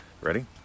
Ready